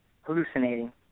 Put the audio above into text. hallucinating